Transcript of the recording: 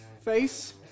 face